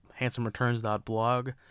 handsomereturns.blog